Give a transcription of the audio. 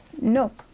Nope